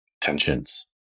Tensions